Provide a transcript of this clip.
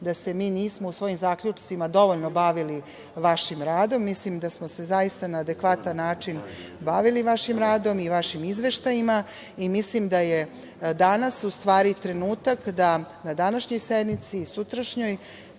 da se mi nismo u svojim zaključcima dovoljno bavili vašim radom. Mislim da smo se zaista na adekvatan način bavili vašim radom i vašim izveštajima i mislim da je danas u stvari trenutak da na današnjoj i sutrašnjoj